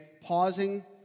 pausing